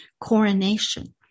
coronation